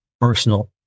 personal